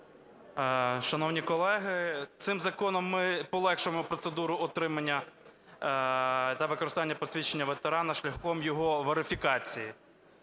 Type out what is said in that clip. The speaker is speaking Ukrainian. Шановні колеги, цим законом ми полегшуємо процедуру отримання та використання посвідчення ветерана шляхом його верифікації